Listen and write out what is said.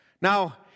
Now